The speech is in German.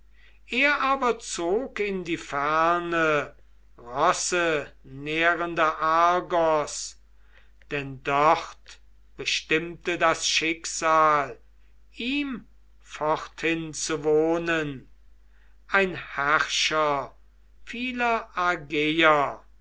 er aber zog in die ferne rossenährende argos denn dort bestimmte das schicksal ihm forthin zu wohnen ein herrscher vieler